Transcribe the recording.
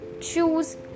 Choose